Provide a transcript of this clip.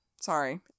Sorry